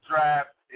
Draft